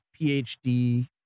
PhD